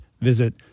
visit